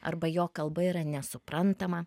arba jo kalba yra nesuprantama